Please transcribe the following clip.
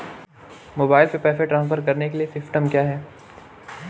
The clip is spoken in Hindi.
मोबाइल से पैसे ट्रांसफर करने के लिए सिस्टम क्या है?